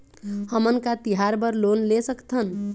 हमन का तिहार बर लोन ले सकथन?